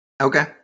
Okay